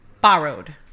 Borrowed